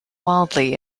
wildly